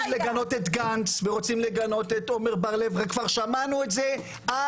רוצים לגנות את גנץ ורוצים לגנות את עמר בר לב כבר שמענו את זה אד